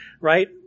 right